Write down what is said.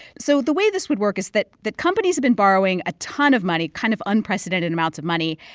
so the way this would work is that that companies have been borrowing a ton of money, kind of unprecedented amounts of money,